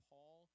Paul